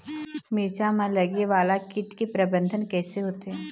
मिरचा मा लगे वाला कीट के प्रबंधन कइसे होथे?